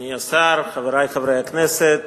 אדוני השר, חברי חברי הכנסת,